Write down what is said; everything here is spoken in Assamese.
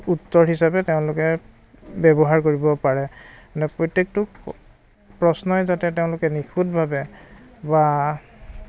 উত্তৰ হিচাপে তেওঁলোকে ব্যৱহাৰ কৰিব পাৰে মানে প্ৰত্যেকটো প্ৰশ্নই যাতে তেওঁলোকে নিখুঁটভাৱে বা